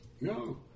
No